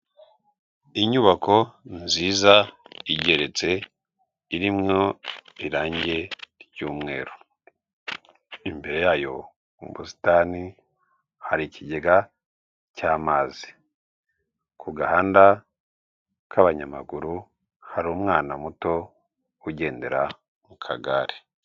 Inyubako nziza igeretse, irimo irange ry'mweru. Imbere yayo mu busitani hari ikigega cy'amazi. Ku gahanda k'abanyamaguru hari umwana muto ugendera mu kagare.